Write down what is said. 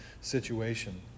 situation